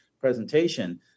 presentation